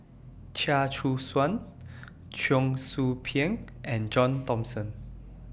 Chia Choo Suan Cheong Soo Pieng and John Thomson